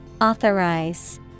Authorize